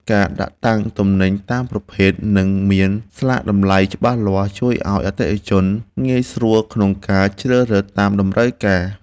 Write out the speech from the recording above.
ការដាក់តាំងទំនិញតាមប្រភេទ និងមានស្លាកតម្លៃច្បាស់លាស់ជួយឱ្យអតិថិជនងាយស្រួលក្នុងការជ្រើសរើសតាមតម្រូវការ។